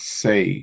say